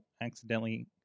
accidentally